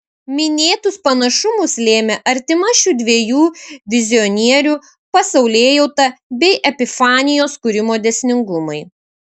minėtus panašumus lėmė artima šių dviejų vizionierių pasaulėjauta bei epifanijos kūrimo dėsningumai